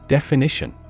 Definition